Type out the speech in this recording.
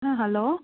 ஆ hello